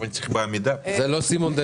עכשיו יצאתי מהבידוד, אז לא יכולתי להגיע.